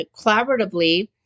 collaboratively